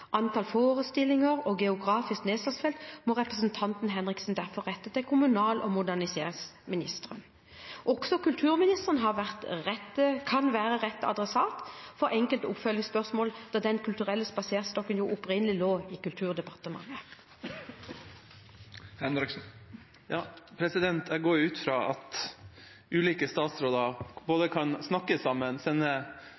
antall forestillinger og geografisk nedslagsfelt, må representanten Henriksen derfor rette til kommunal- og moderniseringsministeren. Også kulturministeren kan være rett adressat for enkelte oppfølgingsspørsmål da Den kulturelle spaserstokken opprinnelig lå under Kulturdepartementet. Jeg går ut fra at ulike statsråder